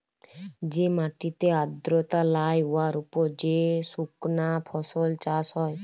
যে মাটিতে আর্দ্রতা লাই উয়ার উপর যে সুকনা ফসল চাষ হ্যয়